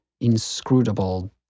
inscrutable